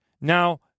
Now